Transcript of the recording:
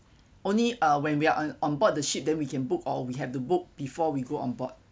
only uh when we are on board the ship then we can book or we have to book before we go on board